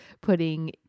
putting